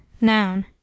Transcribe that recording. noun